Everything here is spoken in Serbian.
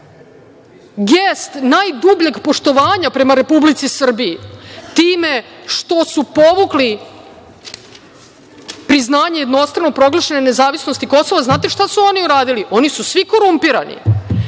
gest najdubljeg poštovanja prema Republici Srbiji time što su povukli priznanje jednostrano proglašene nezavisnosti Kosova, znate šta su oni uradili? Oni su svi korumpirani.